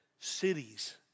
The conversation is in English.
cities